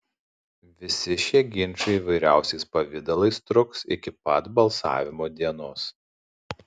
visi šie ginčai įvairiausiais pavidalais truks iki pat balsavimo dienos